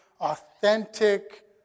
authentic